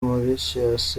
mauritius